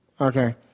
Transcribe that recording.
Okay